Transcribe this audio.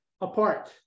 apart